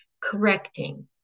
correcting